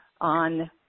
on